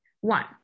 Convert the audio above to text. One